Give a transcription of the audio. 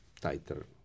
tighter